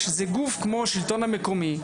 כשזה גוף כמו השלטון המקומי,